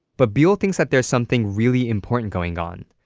but buell thinks that there's something really important going on.